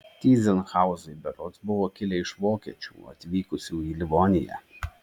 tyzenhauzai berods buvo kilę iš vokiečių atvykusių į livoniją